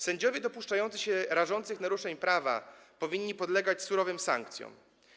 Sędziowie dopuszczający się rażących naruszeń prawa powinni podlegać surowym sankcjom.